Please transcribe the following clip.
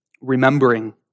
remembering